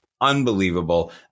unbelievable